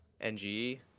NGE